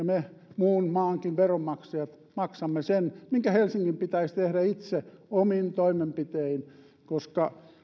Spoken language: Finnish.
me muutkin maan veronmaksajat maksamme sen mikä helsingin pitäisi tehdä itse omin toimenpitein koska